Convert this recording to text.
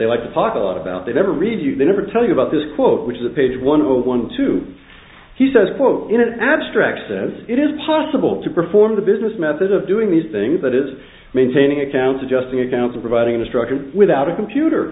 they like to talk a lot about they never read you they never tell you about this quote which is a page one of those one two he says quote in an abstract says it is possible to perform the business method of doing these things that is maintaining accounts adjusting accounts or providing a structure without a computer